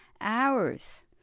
hours